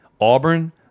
Auburn